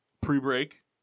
pre-break